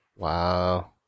Wow